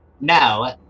no